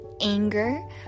anger